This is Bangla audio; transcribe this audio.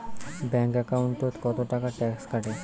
ব্যাংক একাউন্টত কতো টাকা ট্যাক্স কাটে?